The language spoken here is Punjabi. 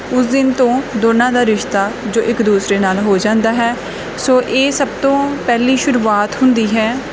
ਉਸ ਦਿਨ ਤੋਂ ਦੋਨਾਂ ਦਾ ਰਿਸ਼ਤਾ ਜੋ ਇੱਕ ਦੂਸਰੇ ਨਾਲ ਹੋ ਜਾਂਦਾ ਹੈ ਸੋ ਇਹ ਸਭ ਤੋਂ ਪਹਿਲੀ ਸ਼ੁਰੂਆਤ ਹੁੰਦੀ ਹੈ